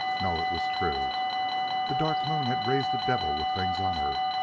no, it was true the dark moon had raised the devil with things on earth.